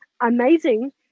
amazing